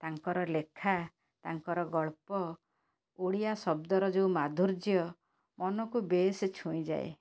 ତାଙ୍କର ଲେଖା ତାଙ୍କର ଗଳ୍ପ ଓଡ଼ିଆ ଶବ୍ଦର ଯେଉଁ ମାଧୁର୍ଯ୍ୟ ମନକୁ ବେଶ୍ ଛୁଇଁଯାଏ